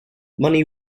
money